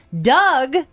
Doug